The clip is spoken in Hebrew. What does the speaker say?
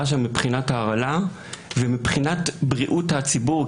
שם מבחינת הרעלה ומבחינת בריאות הציבור,